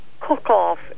cook-off